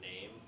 name